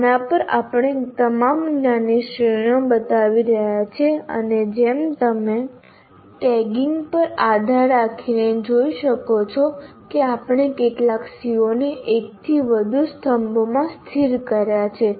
આના પર આપણે તમામ જ્ઞાનની શ્રેણીઓ બતાવી રહ્યા છીએ અને જેમ તમે ટેગિંગ પર આધાર રાખીને જોઈ શકો છો કે આપણે કેટલાક CO ને એકથી વધુ સ્તંભોમાં સ્થિત કર્યા છે